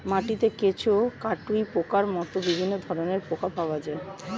মাটিতে কেঁচো, কাটুই পোকার মতো বিভিন্ন ধরনের পোকা পাওয়া যায়